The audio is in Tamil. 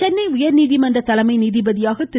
சாஹி சென்னை உயர்நீதிமன்ற தலைமை நீதிபதியாக திரு